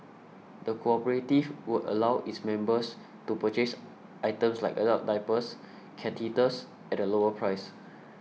the cooperative would also allow its members to purchase items like adult diapers catheters at a lower price